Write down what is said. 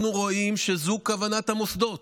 אנחנו רואים שזאת כוונת המוסדות,